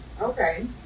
Okay